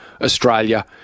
Australia